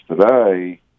today